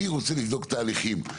אני רוצה לבדוק תהליכים,